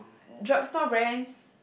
drugstore brands